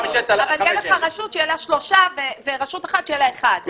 אבל יהיה לך רשות שיהיה לה שלושה ורשות אחת שיהיה לה אחד.